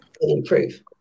improve